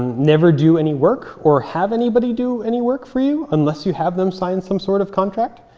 never do any work or have anybody do any work for you unless you have them sign some sort of contract.